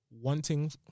wanting